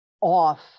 off